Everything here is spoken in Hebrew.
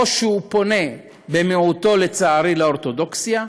או שהוא פונה במיעוטו, לצערי, לאורתודוקסיה,